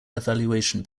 evaluation